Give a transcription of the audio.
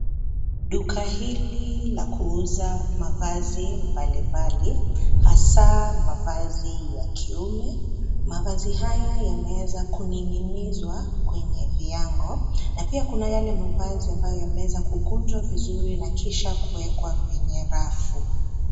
Duka hili la kuuza mavazi mbalimbali , hasaa mavazi ya kiume. Mavazi haya yameweza kuning'inizwa kwenye viango na pia kuna yale mavazi ambayo yameweza kukunjwa vizuri na kisha kuekwa kwenye rafu.